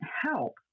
help